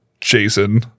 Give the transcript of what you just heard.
Jason